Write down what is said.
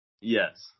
Yes